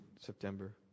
September